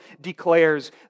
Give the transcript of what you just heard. declares